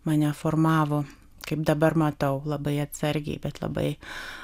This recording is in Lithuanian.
mane formavo kaip dabar matau labai atsargiai bet labai